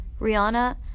Rihanna